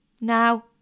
Now